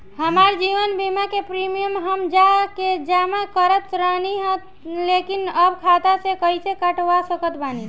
हमार जीवन बीमा के प्रीमीयम हम जा के जमा करत रहनी ह लेकिन अब खाता से कइसे कटवा सकत बानी?